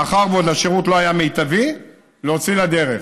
מאחר שהשירות עוד לא היה מיטבי, כדי להוציא לדרך,